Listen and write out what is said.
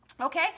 Okay